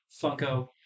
Funko